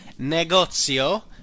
negozio